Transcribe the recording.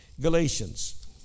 Galatians